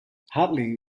hartley